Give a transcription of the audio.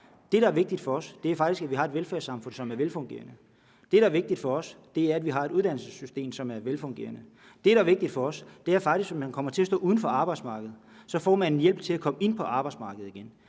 Det, der er vigtigt for os, er faktisk, at vi har et velfærdssamfund, som er velfungerende. Det, der er vigtigt for os, er, at vi har et uddannelsessystem, som er velfungerende. Det, der er vigtigt for os, er faktisk, at man, hvis man kommer til at stå uden for arbejdsmarkedet, får hjælp til at komme ind på arbejdsmarkedet igen.